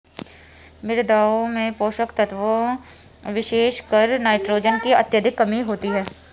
मृदाओं में पोषक तत्वों विशेषकर नाइट्रोजन की अत्यधिक कमी होती है